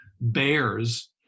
bears